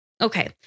Okay